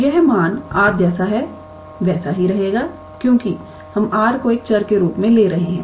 तो यह मान r जैसा है वैसा ही रहेगा क्योंकि हम r को एक चर के रूप में ले रहे हैं